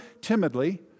timidly